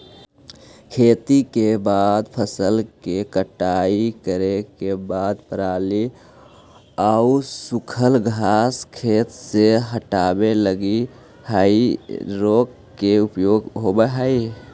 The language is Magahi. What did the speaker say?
खेती के बाद फसल के कटाई करे के बाद पराली आउ सूखल घास के खेत से हटावे लगी हेइ रेक के उपयोग होवऽ हई